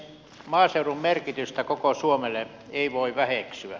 maaseudun merkitystä koko suomelle ei voi väheksyä